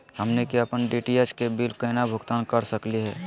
हमनी के अपन डी.टी.एच के बिल केना भुगतान कर सकली हे?